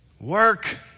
Work